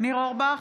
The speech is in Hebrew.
ניר אורבך,